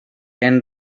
end